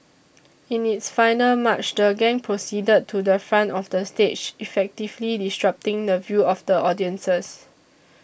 in its final march the gang proceeded to the front of the stage effectively disrupting the view of the audiences